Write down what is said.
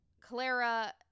Clara